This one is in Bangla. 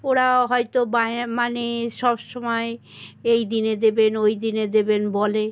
ওরা হয়তো বাঁয়ে মানে সব সময় এই দিনে দেবেন ওই দিনে দেবেন বলে